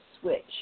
switch